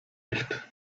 nicht